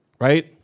right